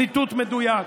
ציטוט מדויק,